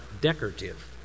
decorative